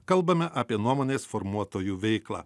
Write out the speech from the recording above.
kalbame apie nuomonės formuotojų veiklą